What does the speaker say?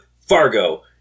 Fargo